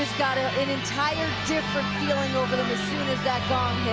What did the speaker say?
just got an an entire different feeling over them as soon as that gong